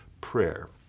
prayer